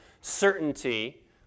certainty